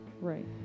Right